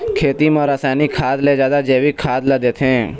खेती म रसायनिक खाद ले जादा जैविक खाद ला देथे